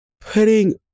putting